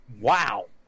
wow